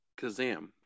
Kazam